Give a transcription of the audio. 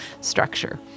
structure